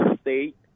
state